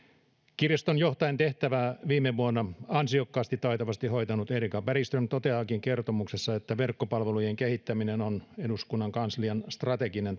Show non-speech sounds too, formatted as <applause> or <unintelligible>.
kirjaston johtajan tehtävää viime vuonna ansiokkaasti taitavasti hoitanut erika bergström toteaakin kertomuksessa että verkkopalvelujen kehittäminen on eduskunnan kanslian strateginen <unintelligible>